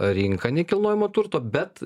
rinka nekilnojamo turto bet